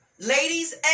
Ladies